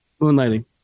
Moonlighting